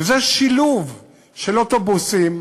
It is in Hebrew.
וזה שילוב של אוטובוסים,